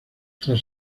tras